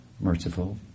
merciful